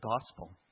gospel